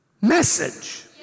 message